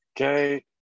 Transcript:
Okay